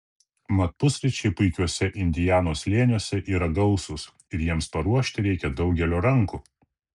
mat pusryčiai puikiuose indianos slėniuose yra gausūs ir jiems paruošti reikia daugelio rankų